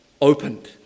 opened